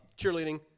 cheerleading